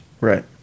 Right